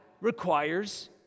requires